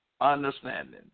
understanding